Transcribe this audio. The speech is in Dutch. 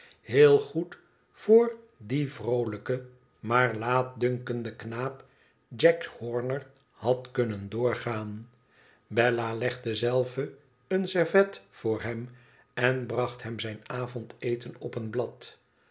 heel goed voor dien vroolijken maar laatdun kenden knaap jack horner i had kunnen doorgaan bella legde zelve een servet voor hem en bracht hem zijn avondeten op een blad